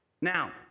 Now